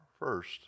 First